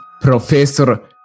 Professor